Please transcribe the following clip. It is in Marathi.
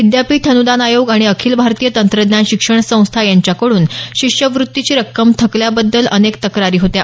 विद्यापीठ अन्दान आयोग आणि आखिल भारतीय तंत्रज्ञान शिक्षण संस्था यांच्याकडून शिष्यवृत्तीची रक्कम थकल्याबद्दल अनेक तक्रारी होत्या